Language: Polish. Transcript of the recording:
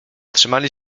trzymali